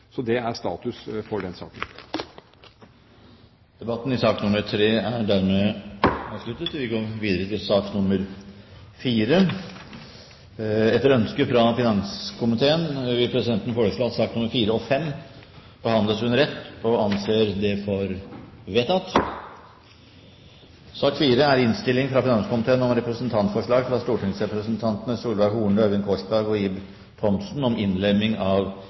Så det er status for den saken. Debatten i sak nr. 3 er dermed avsluttet. Etter ønske fra finanskomiteen vil presidenten foreslå at sakene nr. 4 og 5 behandles under ett – og anser det for vedtatt. Etter ønske fra finanskomiteen vil presidenten foreslå at debatten blir begrenset til 40 minutter og